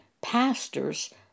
pastors